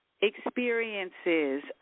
experiences